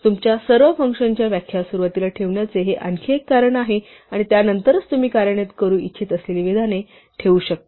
तुमच्या सर्व फंक्शनच्या व्याख्या सुरुवातीला ठेवण्याचे हे आणखी एक कारण आहे आणि त्यानंतरच तुम्ही कार्यान्वित करू इच्छित असलेली विधाने ठेवू शकता